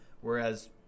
whereas